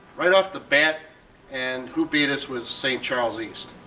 right off the bat and who beat us was st. charles east.